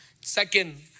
Second